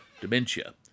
dementia